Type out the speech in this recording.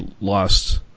lost